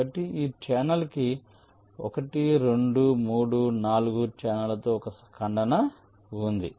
కాబట్టి ఈ ఛానెల్ కి 1 2 3 4 ఛానెల్లతో ఒక ఖండన ఉంది